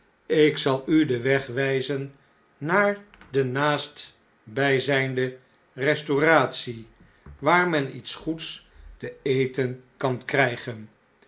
ik zal u den weg wijzen naar de naastbijzijnde restauratie waar men iets goeds te eten kan krijgen